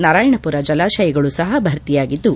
ನಾರಾಯಣಪುರ ಜಲಾಶಯಗಳು ಸಹ ಭರ್ತಿಯಾಗಿದ್ದು